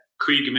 Kriegman